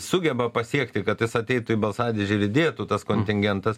sugeba pasiekti kad jis ateitų į balsadėžę ir įdėtų tas kontingentas